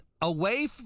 away